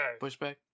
pushback